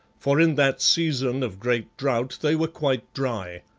for in that season of great drought they were quite dry,